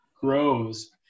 grows